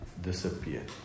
disappear